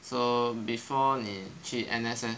so before 你去 N_S eh